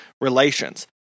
relations